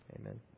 Amen